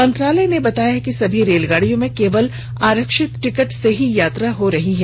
मंत्रालय ने बताया कि सभी रेलगाडियों में केवल आरक्षित टिकट से ही यात्रा हो रही है